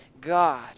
God